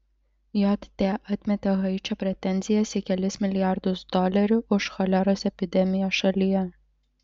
jt atmetė haičio pretenzijas į kelis milijardus dolerių už choleros epidemiją šalyje